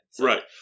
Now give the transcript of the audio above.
Right